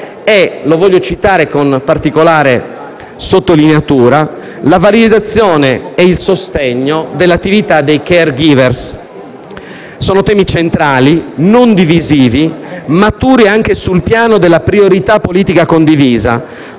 la valorizzazione e il sostegno dell'attività dei *caregiver*. Sono temi centrali, non divisivi e maturi sul piano della priorità politica condivisa,